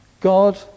God